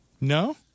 No